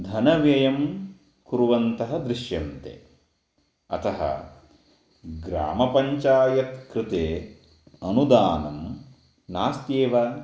धनव्ययं कुर्वन्तः दृश्यन्ते अतः ग्रामपञ्चायत् कृते अनुदानं नास्त्येव